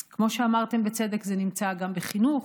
אז כמו שאמרתם בצדק, זה נמצא גם בחינוך,